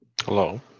Hello